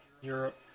Europe